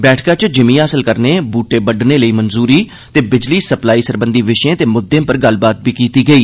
बैठका च जिमीं हासल करने बूहटे बड्डने लेई मंजूरी ते बिजली सप्लाई सरबंघी विषयें ते मुद्दें पर गल्लबात बी कीती गेई